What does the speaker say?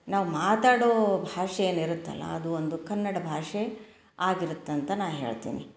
ನಾವು ಮಾತಾಡೋ ಭಾಷೆ ಏನು ಇರುತ್ತಲ್ಲ ಅದು ಒಂದು ಕನ್ನಡ ಭಾಷೆ ಆಗಿರತ್ತೆ ಅಂತ ನಾ ಹೇಳ್ತೀನಿ